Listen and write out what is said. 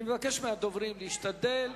אני מבקש מהדוברים להשתדל